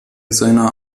seiner